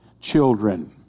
children